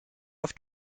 auf